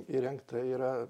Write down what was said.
įrengta yra